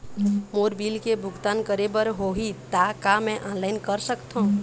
मोर bill के भुगतान करे बर होही ता का मैं ऑनलाइन कर सकथों?